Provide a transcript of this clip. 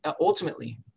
ultimately